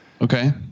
Okay